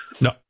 No